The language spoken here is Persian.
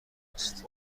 است